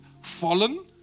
fallen